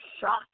shock